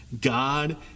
god